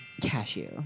Cashew